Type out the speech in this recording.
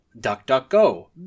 DuckDuckGo